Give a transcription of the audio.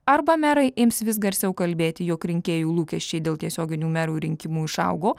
arba merai ims vis garsiau kalbėti jog rinkėjų lūkesčiai dėl tiesioginių merų rinkimų išaugo